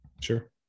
sure